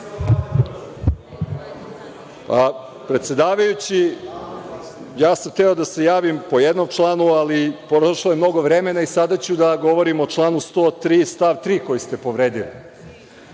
Predsedavajući, ja sam hteo da se javim po jednom članu, ali prošlo je mnogo vremena i sada ću da govorim o članu 103. stav 3. koji ste povredili.